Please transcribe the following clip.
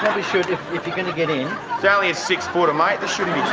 we should if if you're gonna get in it's only a six porter might this shouldn't